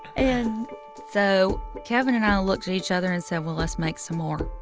and so kevin and i looked at each other and said, well, let's make some more.